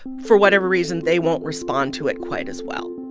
for whatever reason, they won't respond to it quite as well